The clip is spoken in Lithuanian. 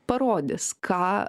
parodys ką